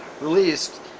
released